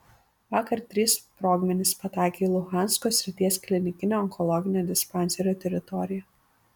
vakar trys sprogmenys pataikė į luhansko srities klinikinio onkologinio dispanserio teritoriją